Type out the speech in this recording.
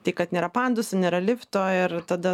tai kad nėra pandusų nėra lifto ir tada